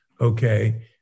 okay